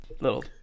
little